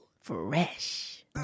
Fresh